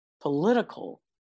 political